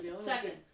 Second